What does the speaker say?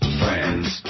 friends